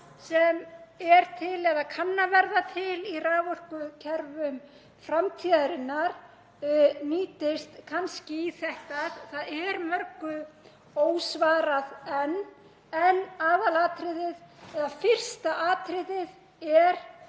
sem er til eða kann að verða til í raforkukerfum framtíðarinnar nýtist kannski í þetta. Það er mörgu ósvarað enn, en fyrsta atriðið er